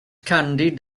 candy